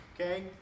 Okay